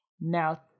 Now